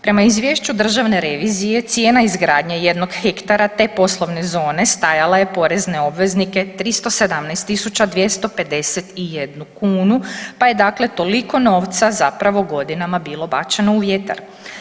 Prema izvješću Državne revizije cijena izgradnje jednog hektara te poslovne zone stajala je porezne obveznike 317.251 kunu pa je dakle toliko novca zapravo godinama bilo bačeno u vjetar.